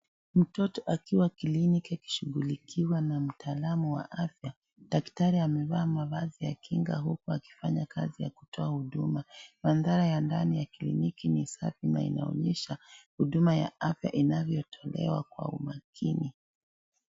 Mtoto akiwa kliniki akishughulikia na mtaalamu wa afya . Daktari amevaa mavazi ya kinga huku akifanya kazi ya kutoa huduma mandhari ya ndani ya kliniki no safina inaonyesha Huduma wa afya inayotumiwa Kwa umakini .